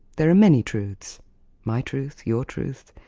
there are many truths my truth, your truth,